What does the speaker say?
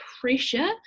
pressure